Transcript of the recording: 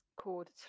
called